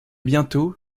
bientôt